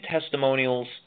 testimonials